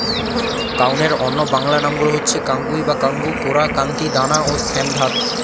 কাউনের অন্য বাংলা নামগুলো হচ্ছে কাঙ্গুই বা কাঙ্গু, কোরা, কান্তি, দানা ও শ্যামধাত